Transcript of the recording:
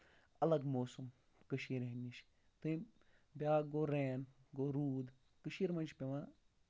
الگ موسم کٔشیٖر ہِندۍ نِش تٔمۍ بیاکھ گوٚو رین گوٚو روٗد کٔشیٖر منٛز چھُ پیٚوان